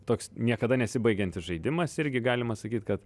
toks niekada nesibaigiantis žaidimas irgi galima sakyt kad